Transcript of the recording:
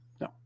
No